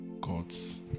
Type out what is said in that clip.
God's